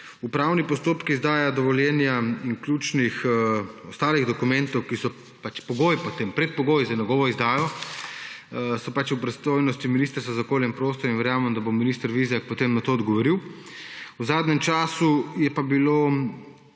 Upravni postopki izdaje dovoljenja in ključnih ostalih dokumentov, ki so pač predpogoj za njegovo izdajo, so pač v pristojnosti Ministrstva za okolje in prostor in verjamem, da bo minister Vizjak potem na to odgovoril. V zadnjem času je pa bilo